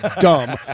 dumb